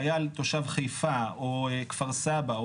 חיל תושב חיפה או כפר סבא,